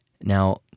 Now